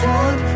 one